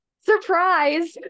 surprise